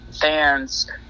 fans